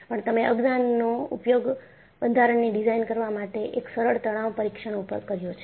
પણ તમે આજ્ઞાનનો ઉપયોગ બંધારણની ડિઝાઇન કરવા માટે એક સરળ તણાવ પરીક્ષણ ઉપર કર્યો છે